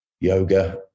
yoga